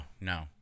no